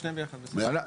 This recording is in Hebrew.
אוקיי.